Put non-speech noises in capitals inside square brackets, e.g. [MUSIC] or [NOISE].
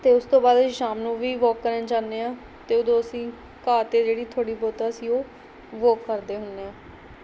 ਅਤੇ ਉਸ ਤੋਂ ਬਾਅਦ [UNINTELLIGIBLE] ਸ਼ਾਮ ਨੂੰ ਵੀ ਵੋਕ ਕਰਨ ਜਾਂਦੇ ਹਾਂ ਅਤੇ ਉਦੋਂ ਅਸੀਂ ਘਾਹ 'ਤੇ ਜਿਹੜੀ ਥੋੜ੍ਹੀ ਬਹੁਤ ਆ ਅਸੀਂ ਉਹ ਵੋਕ ਕਰਦੇ ਹੁੰਦੇ ਹਾਂ